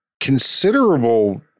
considerable